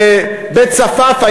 בבית-צפאפא,